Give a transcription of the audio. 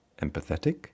empathetic